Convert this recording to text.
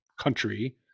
country